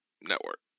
network